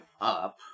up